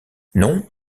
non